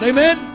Amen